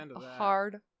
hard